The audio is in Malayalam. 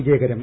വിജയകരം